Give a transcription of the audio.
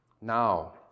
Now